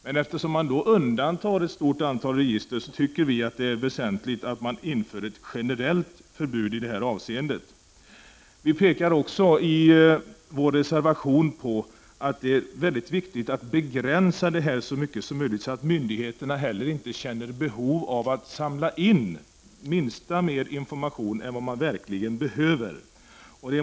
Men eftersom man då undantar ett stort antal register, tycker vi att det är väsentligt att det införs ett generellt förbud i detta avseende. I vår reservation pekar vi på att det är viktigt att begränsa utlämnande av uppgifter så mycket som möjligt, så att myndigheterna inte heller känner behov av att samla in mer information än vad de verkligen behöver.